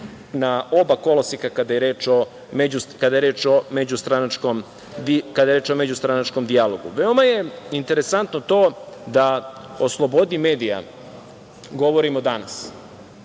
na oba koloseka kada je reč o međustranačkom dijalogu. Veoma je interesantno to da o slobodi medija govorimo danas.